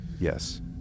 Yes